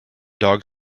dog